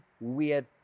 weird